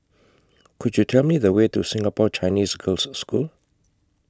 Could YOU Tell Me The Way to Singapore Chinese Girls' School